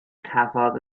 cafodd